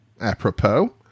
Apropos